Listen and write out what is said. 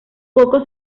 poco